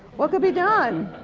what could be done?